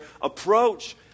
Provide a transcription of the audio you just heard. approach